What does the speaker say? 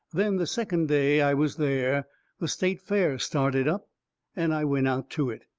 then the second day i was there the state fair started up and i went out to it.